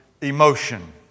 emotion